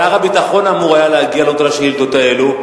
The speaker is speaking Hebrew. שר הביטחון אמור היה להגיע לענות על כל השאילתות האלה.